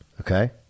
Okay